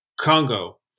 Congo